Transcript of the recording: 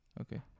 Okay